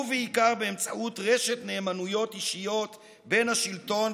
ובעיקר באמצעות רשת נאמנויות אישיות בין השלטון,